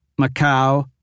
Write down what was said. Macau